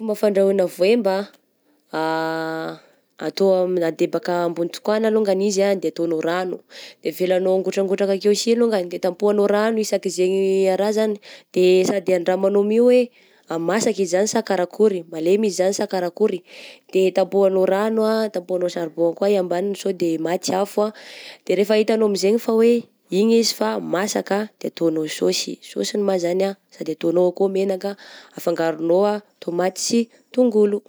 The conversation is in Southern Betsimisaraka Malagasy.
Fomba fandrahogna voemba atao amin'ny adebaka ambony tokoagna alongany izy ah de ataonao rano, de avelanao angotrangotra akeo sy longany de tapohanao ragno isaky zegny a raha zagny, de sady andramanao my hoe a masaka izy zany sa karakory, malemy izy zany sa karakory, de tapohanao rano ah, tapohanao charbon koa i ambaniny sao de maty afo ah, de rehefa hitanao amizegny fa hoe igny izy fa masaka de ataonao sôsy, sôsiny ma zany ah sady ataonao sady akoa menaka, afangaronao ah tômaty tongolo.